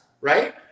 Right